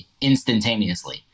instantaneously